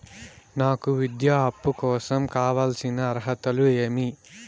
నాకు విద్యా అప్పు కోసం కావాల్సిన అర్హతలు ఏమి?